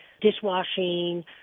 dishwashing